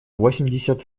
восемьдесят